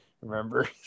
Remember